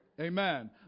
Amen